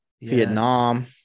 Vietnam